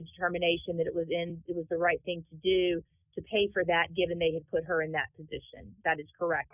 the determination that it was in it was the right thing to do to pay for that given they had put her in that position and that is correct